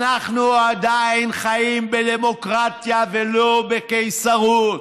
אנחנו עדיין חיים בדמוקרטיה, ולא בקיסרות.